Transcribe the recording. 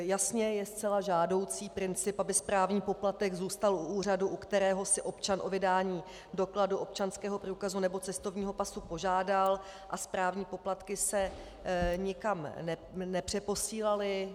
Jasně je zcela žádoucí princip, aby správní poplatek zůstal u úřadu, u kterého si občan o vydání dokladu, občanského průkazu nebo cestovního pasu, požádal a správní poplatky se nikam nepřeposílaly.